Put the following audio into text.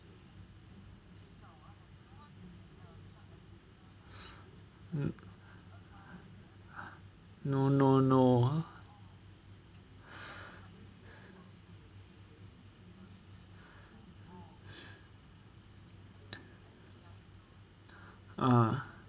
no no no ah